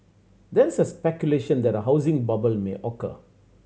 there is speculation that a housing bubble may occur